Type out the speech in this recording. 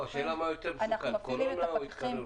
השאלה מה יותר מסוכן, קורונה או התקררות.